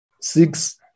six